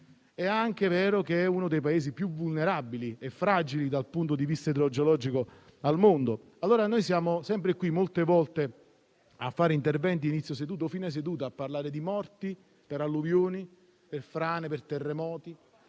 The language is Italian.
è anche vero che è uno dei Paesi più vulnerabili e fragili dal punto di vista idrogeologico al mondo. Allora noi siamo qui spesso a fare interventi ad inizio o fine seduta, a parlare di morti per alluvioni, frane e terremoti